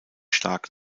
stark